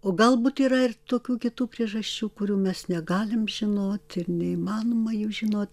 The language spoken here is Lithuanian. o galbūt yra ir tokių kitų priežasčių kurių mes negalim žinot ir neįmanoma jų žinot